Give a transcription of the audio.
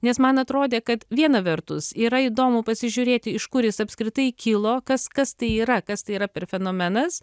nes man atrodė kad viena vertus yra įdomu pasižiūrėti iš kur jis apskritai kilo kas kas tai yra kas tai yra per fenomenas